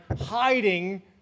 hiding